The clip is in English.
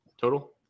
total